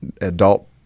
adult